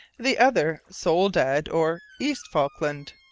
the other soledad or east falkland.